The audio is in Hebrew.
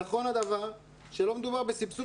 נכון שלא מדובר בסבסוד,